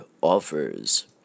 offers